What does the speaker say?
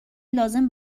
لازم